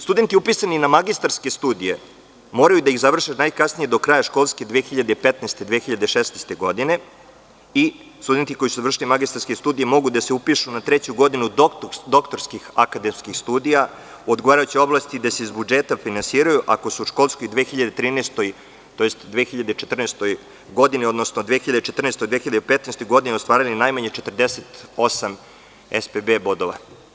Studenti upisani na magistarske studije moraju da ih završe najkasnije do kraja školske 2015-2016. godine i studenti koji su završili magistarske studije mogu da se upišu na treću godinu doktorskih akademskih studija u odgovarajućoj oblasti i da se iz budžeta finansiraju ako su školsko 2013-2014. godini, odnosno 2014-2015. godini ostvarili najmanje 48 ESPB bodova.